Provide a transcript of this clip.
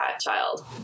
child